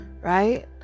right